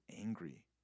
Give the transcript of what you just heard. angry